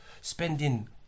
spending